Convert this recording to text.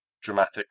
dramatic